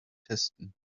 testen